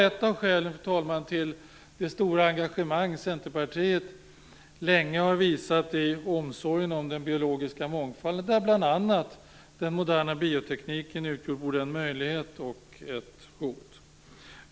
Detta är ett av skälen till det stora engagemang Centerpartiet länge har visat i omsorgen om den biologiska mångfalden, där bl.a. den moderna biotekniken utgör både en möjlighet och ett hot.